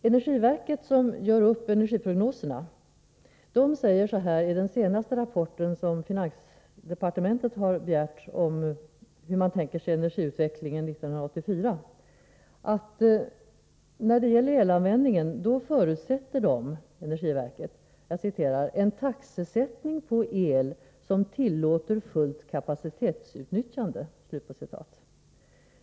Energiverket, som gör upp energiprognoserna, säger i den senaste rapporten, som finansdepartementet har begärt om hur man tänker sig energiutvecklingen 1984, att när det gäller elanvändning förutsätter energiverket ”en taxesättning på el som tillåter fullt kapacitetsutnyttjande”.